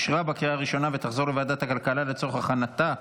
לוועדת הכלכלה נתקבלה.